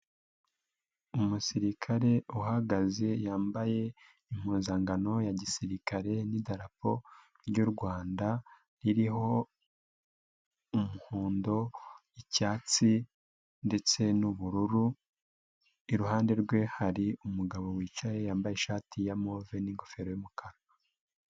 Umusirikare uhagaze yambaye impuzankano ya gisirikare n'idarapo ry'u Rwanda, ririho umuhondo, cyatsi ndetse n'ubururu, iruhande rwe hari umugabo wicaye yambaye ishati ya move n'ingofero y'umukara.